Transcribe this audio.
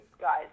guys